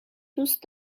دوست